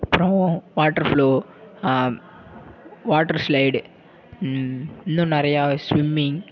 அப்புறம் water flow water slide இன்னும் நிறையா ஸ்விம்மிங்